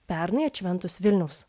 pernai atšventus vilniaus